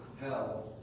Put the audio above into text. hell